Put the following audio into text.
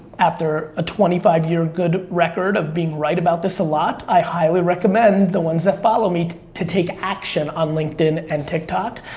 after a twenty five year good record of being right about this a lot, i highly recommend the ones that follow me to take action on linkedin and tiktok.